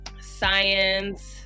science